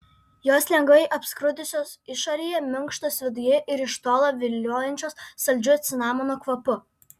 jos lengvai apskrudusios išorėje minkštos viduje ir iš tolo viliojančios saldžiu cinamono kvapu